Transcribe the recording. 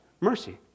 mercy